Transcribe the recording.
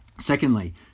secondly